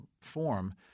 form